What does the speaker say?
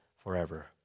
Forever